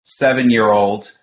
seven-year-old